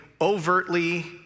overtly